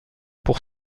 pour